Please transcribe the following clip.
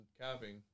capping